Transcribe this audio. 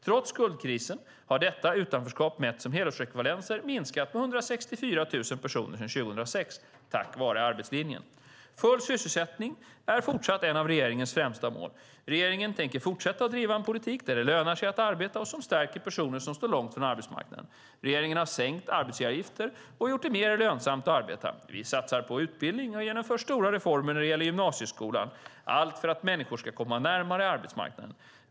Trots skuldkrisen har detta utanförskap, mätt som helårsekvivalenter, minskat med 164 000 personer sedan 2006 tack vare arbetslinjen. Full sysselsättning är fortsatt ett av regeringens främsta mål. Regeringen tänker fortsätta att driva en politik där det lönar sig att arbeta och som stärker personer som står långt från arbetsmarknaden. Regeringen har sänkt arbetsgivaravgifter och gjort det mer lönsamt att arbeta. Vi satsar på utbildning och genomför stora reformer när det gäller gymnasieskolan. Vi gör allt detta för att människor ska komma närmare arbetsmarknaden.